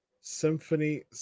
symphony